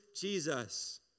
Jesus